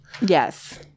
Yes